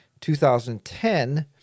2010 –